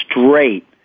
straight